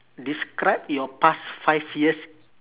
describe your past five years